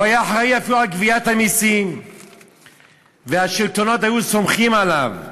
הוא היה אחראי אפילו לגביית המסים והשלטונות היו סומכים עליו.